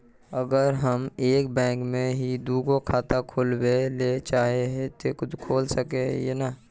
अगर हम एक बैंक में ही दुगो खाता खोलबे ले चाहे है ते खोला सके हिये?